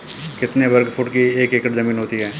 कितने वर्ग फुट की एक एकड़ ज़मीन होती है?